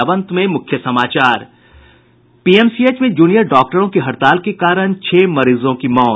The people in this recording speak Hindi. और अब अंत में मुख्य समाचार पीएमसीएच में जूनियर डॉक्टरों की हड़ताल के कारण छह मरीजों की मौत